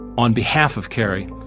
on behalf of carrie,